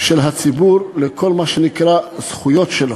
של הציבור לכל מה שנקרא הזכויות שלו.